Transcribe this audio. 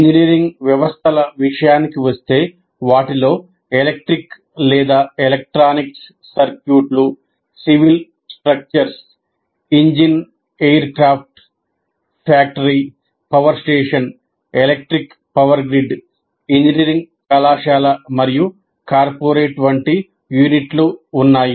engineering వ్యవస్థల విషయానికి వస్తే వాటిలో ఎలక్ట్రిక్ లేదా ఎలక్ట్రానిక్స్ సర్క్యూట్లు civil structure engine aircraft factory power station electric power grid engineering కళాశాల మరియు కార్పొరేట్ వంటి యూనిట్లు ఉన్నాయి